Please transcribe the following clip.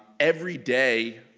every day